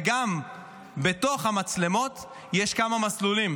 וגם בתוך המצלמות יש כמה מסלולים: